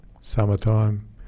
Summertime